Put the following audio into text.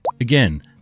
Again